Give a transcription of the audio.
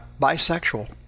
bisexual